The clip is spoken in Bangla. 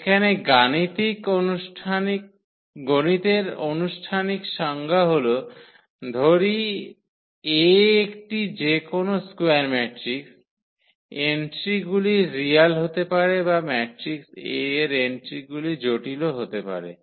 এখানে গাণিতের আনুষ্ঠানিক সংজ্ঞা হল ধরি A একটি যেকোন স্কোয়ার ম্যাট্রিক্স এন্ট্রি গুলি রিয়াল হতে পারে বা ম্যাট্রিক্স A এর এন্ট্রিগুলি জটিলও হতে পারে